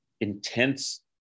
intense